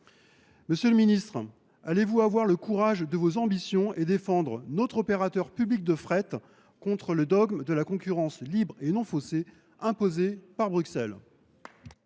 Monsieur le ministre délégué, aurez vous le courage de vos ambitions et défendrez vous notre opérateur public de fret contre le dogme de la concurrence libre et non faussée imposé par Bruxelles ?